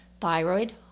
thyroid